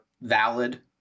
valid